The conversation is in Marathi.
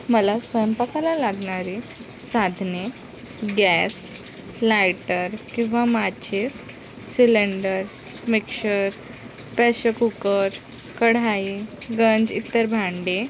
मला स्वयंपाकाला लागणारी साधने गॅस लायटर किंवा माचीस सिलेंडर मिक्सर प्रेशर कुकर कढाई गंज इतर भांडे